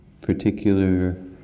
particular